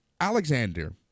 alexander